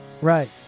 Right